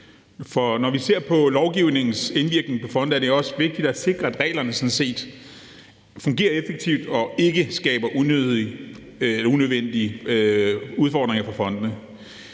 når vi ser på lovgivningens indvirkning på fonde, er det også vigtigt at sikre, at reglerne sådan set fungerer effektivt og ikke skaber unødvendige udfordringer for fondene.